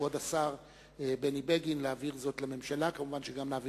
לדחות הצבעות אשר עלולות להביא את הממשלה לכלל